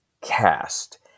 cast